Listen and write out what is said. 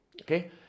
Okay